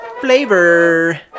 Flavor